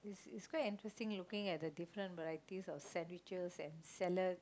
it's quite interesting looking at the different varieties of sandwiches and salads